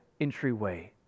entryway